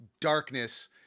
darkness